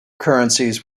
currencies